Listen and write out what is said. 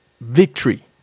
victory